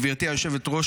גברתי היושבת-ראש,